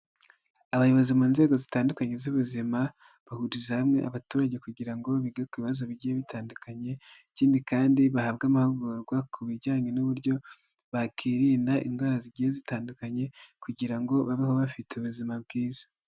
Abayobozi mu nzego zitandukanye z'ubuzima bahuriza hamwe abaturage kugira ngo bige ku ibibazo bigiye bitandukanye ikindi kandi bahabwe amahugurwa ku bijyanye n'uburyo bakirinda indwara zigiye zitandukanye kugira ngo babeho bafite ubuzima bwiza.